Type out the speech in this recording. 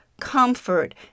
comfort